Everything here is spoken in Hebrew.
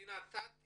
נתתי